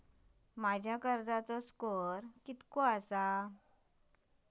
माझ्या कर्जाचो स्कोअर किती आसा?